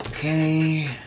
Okay